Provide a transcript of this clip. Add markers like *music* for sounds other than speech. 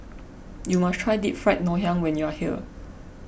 *noise* you must try Deep Fried Ngoh Hiang when you are here